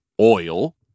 oil